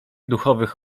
duchowych